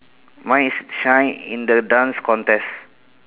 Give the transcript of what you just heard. mine is shine in the dance contest